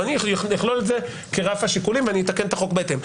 ואני אכלול את זה כרף השיקולים ואני אתקן את החוק בהתאם.